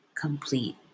complete